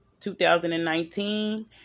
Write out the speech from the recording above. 2019